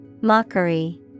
Mockery